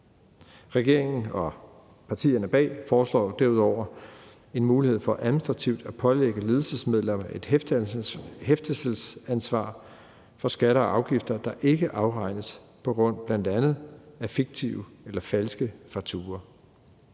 Regeringen og partierne bag aftalen foreslår derudover en mulighed for administrativt at pålægge ledelsesmedlemmer et hæftelsesansvar for skatter og afgifter, der ikke afregnes på grund af bl.a. fiktive eller falske fakturaer.